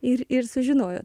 ir ir sužinojot